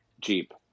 Jeep